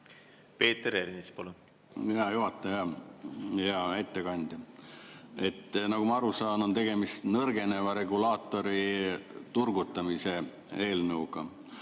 Peeter Ernits, palun! Hea juhataja! Hea ettekandja! Nagu ma aru saan, on tegemist nõrgeneva regulaatori turgutamise eelnõuga.